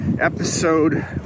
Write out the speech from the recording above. episode